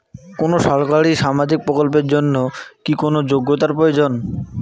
কোনো সরকারি সামাজিক প্রকল্পের জন্য কি কোনো যোগ্যতার প্রয়োজন?